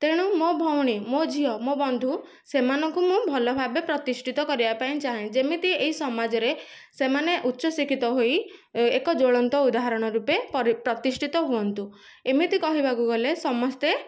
ତେଣୁ ମୋ ଭଉଣୀ ମୋ ଝିଅ ମୋ ବନ୍ଧୁ ସେମାନଙ୍କୁ ମୁଁ ଭଲ ଭାବେ ପ୍ରତିଷ୍ଠିତ କରିବାପାଇଁ ଚାହେଁ ଯେମିତି ଏଇ ସମାଜରେ ସେମାନେ ଉଚ୍ଚ ଶିକ୍ଷିତ ହୋଇ ଏକ ଜ୍ୱଳନ୍ତ ଉଦାହରଣ ରୂପେ ପ୍ରତିଷ୍ଠିତ ହୁଅନ୍ତୁ ଏମିତି କହିବାକୁ ଗଲେ ସମସ୍ତେ